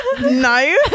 No